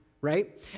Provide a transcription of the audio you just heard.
right